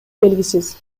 белгисиз